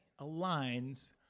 aligns